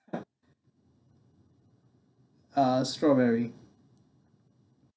uh strawberry